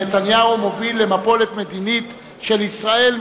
נתניהו מוביל למפולת מדינית של ישראל,